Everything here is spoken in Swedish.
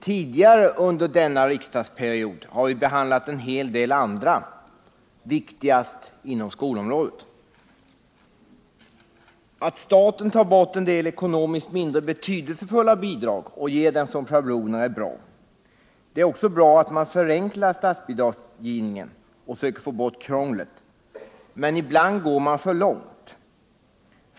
Tidigare under denna riksdagsperiod har vi behandlat en del andra, främst inom skolområdet. Att staten tar bort en del ekonomiskt mindre betydelsefulla bidrag och ger dem som schabloner är bra. Det är också bra att man förenklar statsbidragsgivningen och söker få bort krånglet. Men ibland går man för långt.